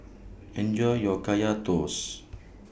Enjoy your Kaya Toast